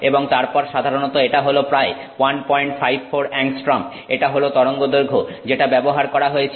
এবং তারপর সাধারণত এটা হল প্রায় 154 অ্যাংস্ট্রম এটা হল তরঙ্গদৈর্ঘ্য যেটা ব্যবহার করা হয়েছে